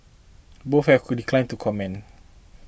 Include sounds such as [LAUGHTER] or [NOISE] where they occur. both have [UNINTELLIGIBLE] declined to comment